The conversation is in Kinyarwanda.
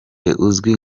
uzwi